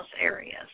areas